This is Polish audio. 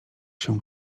się